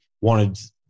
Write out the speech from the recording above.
wanted